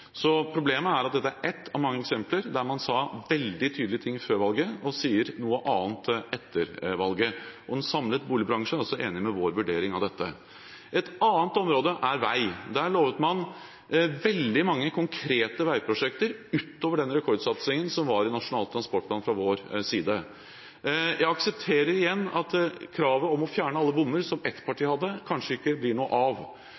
Problemet er at dette er ett av mange eksempler på at man sa veldig tydelige ting før valget og sier noe annet etter valget. En samlet boligbransje er altså enig i vår vurdering av dette. Et annet område er vei. Der lovet man veldig mange konkrete veiprosjekter utover den rekordsatsingen som var i Nasjonal transportplan fra vår side. Jeg aksepterer igjen at kravet om å fjerne alle bommer, som ett parti hadde, kanskje ikke blir noe av